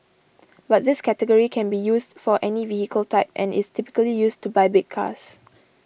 but this category can be used for any vehicle type and is typically used to buy big cars